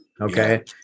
Okay